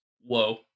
Whoa